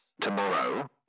tomorrow